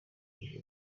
ibihe